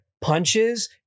punches